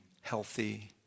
healthy